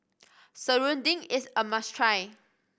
serunding is a must try